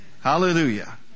Hallelujah